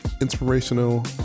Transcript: inspirational